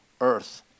earth